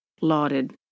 lauded